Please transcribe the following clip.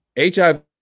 HIV